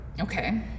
Okay